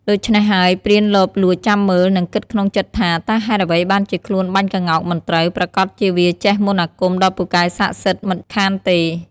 ដូច្នេះហើយព្រានលបលួចចាំមើល និងគិតក្នុងចិត្ដថា តើហេតុអ្វីបានជាខ្លួនបាញ់ក្ងោកមិនត្រូវ ប្រាកដជាវាចេះមន្ដអាគមដ៏ពូកែស័ក្ដិសិទ្ធិមិនខានទេ។